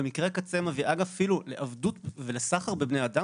במקרה קצה מביאה אפילו לעבדות ולסחר בבני אדם